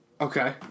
Okay